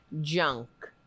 junk